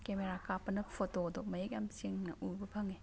camera ꯀꯥꯞꯄꯅ ꯐꯣꯇꯣꯗꯣ ꯃꯌꯦꯛ ꯌꯥꯝꯅ ꯁꯦꯡꯅ ꯎꯕ ꯐꯪꯏ